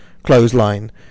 clothesline